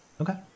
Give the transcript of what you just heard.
Okay